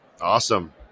Awesome